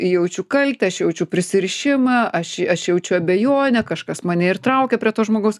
jaučiu kaltę aš jaučiu prisirišimą aš aš jaučiu abejonę kažkas mane ir traukia prie to žmogaus